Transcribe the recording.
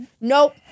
Nope